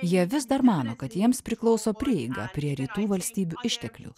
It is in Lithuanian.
jie vis dar mano kad jiems priklauso prieigą prie rytų valstybių išteklių